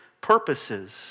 purposes